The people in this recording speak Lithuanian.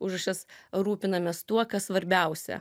užrašas rūpinamės tuo kas svarbiausia